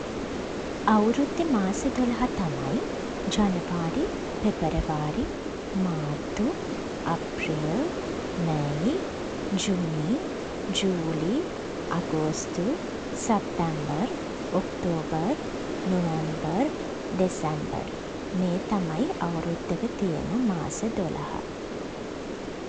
අවුද්දේ මාස දොළහ තමයි, ජනවාරි පෙබරවාරි මාර්තු අප්‍රේල් මැයි ජූනි ජූලි අගෝස්තු සැප්තැම්බර් ඔක්තෝබර් නොවැම්බර් දෙසැම්බර් මේ තමයි අවුරුද්දක තියෙන මාස දොළහ.